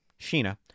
Sheena